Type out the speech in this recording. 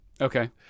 Okay